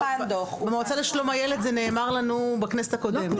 במועצה לשלום הילד זה נאמר לנו בכנסת הקודמת.